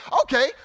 Okay